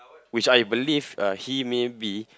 which I believe uh he maybe